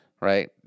right